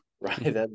right